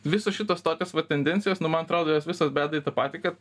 visos šitos tokios va tendencijos nu man atrodo jos visos veda į tą patį kad